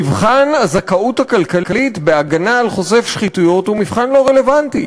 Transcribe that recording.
מבחן הזכאות הכלכלית בהגנה על חושף שחיתויות הוא מבחן לא רלוונטי,